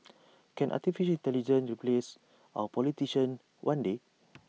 can Artificial Intelligence replace our politicians one day